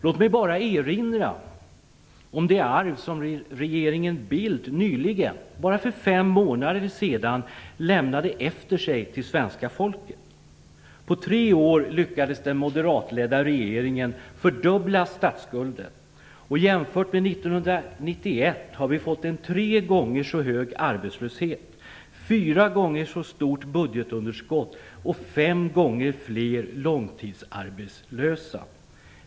Låt mig bara erinra om det arv som regeringen Bildt nyligen - bara för fem månader sedan - lämnade efter sig till svenska folket. På tre år lyckades den moderatledda regeringen fördubbla statsskulden. Jämfört med 1991 har vi fått en tre gånger så hög arbetslöshet, ett fyra gånger så stort budgetunderskott och fem gånger fler långtidsarbetslösa.